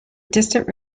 distant